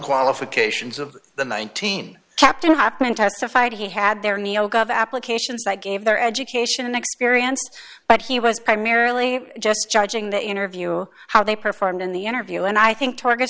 qualifications of the nineteen captain happened testified he had their neo gov applications they gave their education experience but he was primarily just judging the interview how they performed in the interview and i think target